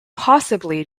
possibly